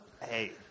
Hey—